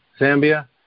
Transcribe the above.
Zambia